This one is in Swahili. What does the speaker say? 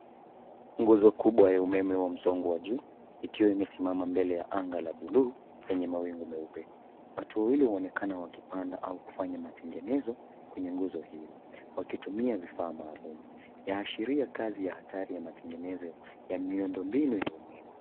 Nguzo kubwa ya umeme wa msongo wa juu ikiwa imesimama mbele ya anga la buluu enye mawingu meupe. Watu wawili waonekana wakipanda au kufanya matengenezo kwenye nguzo hiyo, wakitumia vifaa maalum. Yaashiria kazi ya hatari ya matengenezo ya miundo mbinu ya umeme.